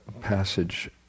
passage